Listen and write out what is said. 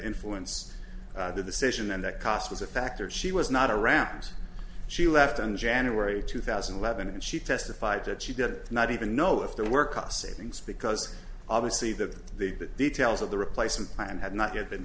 influence the decision and that cost was a factor she was not around she left in january two thousand and eleven and she testified that she did not even know if there were cost savings because obviously that the details of the replacement plan had not